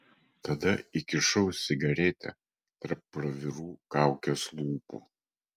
tada įkišau cigaretę tarp pravirų kaukės lūpų